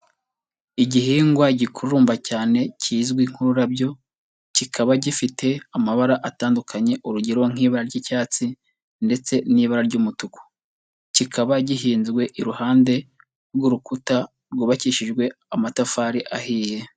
Igihingwa gikurumba cyane kizwi nk'ururabyo, kikaba gifite amabara atandukanye urugero nk'ibara ry'icyatsi ndetse n'ibara ry'umutuku, kikaba gihinzwe iruhande rw'urukuta rwubakishijwe amatafari ahiye.